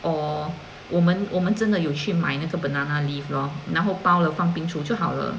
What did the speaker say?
哦我们我们真的有去买那个 banana leaf lor 然后包了放冰橱就好了